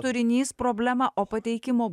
turinys problema o pateikimo